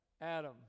Adam